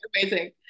amazing